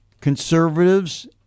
conservatives